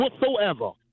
whatsoever